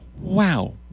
wow